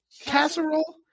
Casserole